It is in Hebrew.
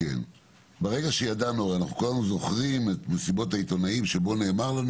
אנחנו כל הזמן זוכרים את מסיבות העיתונאים שבהן נאמר לנו